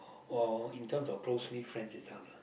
or in terms of close need friends itself lah